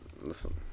listen